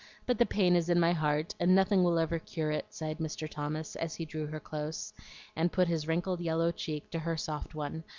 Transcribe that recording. but the pain is in my heart, and nothing will ever cure it, sighed mr. thomas, as he drew her close and put his wrinkled yellow cheek to her soft one,